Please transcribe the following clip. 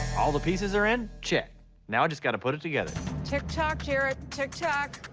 all the pieces are in check now i just got to put it together tick tock jared tick tock